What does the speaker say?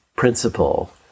principle